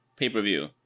pay-per-view